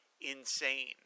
insane